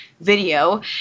video